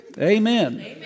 Amen